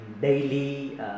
daily